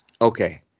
Okay